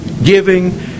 giving